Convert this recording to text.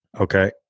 Okay